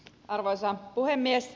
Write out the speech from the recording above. arvoisa puhemies